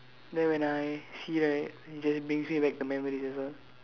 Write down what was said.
then when I see right it just brings me like the memories as well